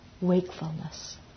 wakefulness